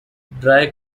dry